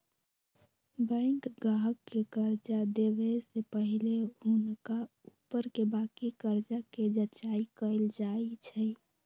bank गाहक के कर्जा देबऐ से पहिले हुनका ऊपरके बाकी कर्जा के जचाइं कएल जाइ छइ